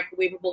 microwavable